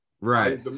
Right